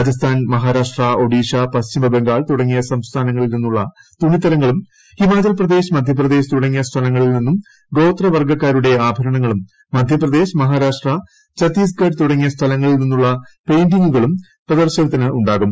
രാജസ്ഥാൻമഹാരാഷ്ട്ര ഒഡിഷ പശ്ചിമബംഗാൾ തുടങ്ങിയ സംസ്ഥാനങ്ങളിൽ നിന്നുളളതുണിത്തരങ്ങളുംഹിമാചൽപ്രദേശ് മധ്യപ്രദേശ്തുടങ്ങിയ സ്ഥലങ്ങളിൽ നിന്നുംഗോത്രവർഗ്ഗക്കാരുടെ ആഭരണങ്ങളും മധ്യപ്രദേശ് മഹാരാഷ്ട്ര ഛത്തീസ്ഗഡ്തുടങ്ങിയ സ്ഥലങ്ങളിൽ നിന്ന് പെയിന്റിങ്ങുകളും ഉള്ള പ്രദർശനത്തിനുണ്ടാകും